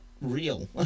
real